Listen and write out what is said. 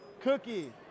cookie